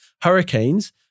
Hurricanes